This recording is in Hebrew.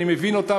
אני מבין אותם,